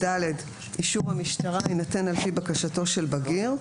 (ד) אישור המשטרה יינתן על פי בקשתו של בגיר,